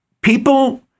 people